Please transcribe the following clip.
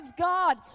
God